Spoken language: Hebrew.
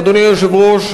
אדוני היושב-ראש,